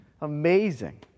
Amazing